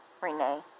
Renee